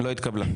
לא התקבלה.